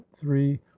three